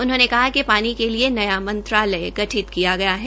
उन्होंने कहा कि पानी के लिए नया मंत्रालय गठित किया गया है